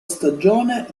stagione